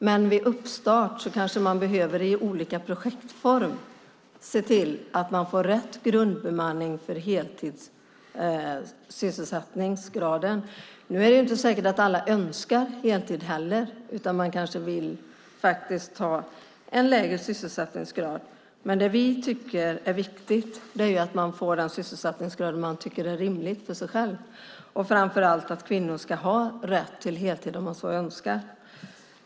Men vid uppstart kanske man i form av olika projekt behöver se till att man får rätt grundbemanning för heltidssysselsättningsgraden. Nu är det inte säkert att alla önskar heltid heller. Man kanske vill ha en lägre sysselsättningsgrad. Men det vi tycker är viktigt är att man får den sysselsättningsgrad man tycker är rimlig för en själv och framför allt att kvinnor ska ha rätt till heltid om de så önskar.